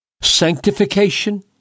sanctification